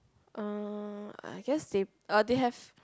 uh I guess they uh they have